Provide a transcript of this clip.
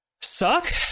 Suck